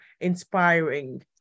inspiring